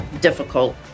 difficult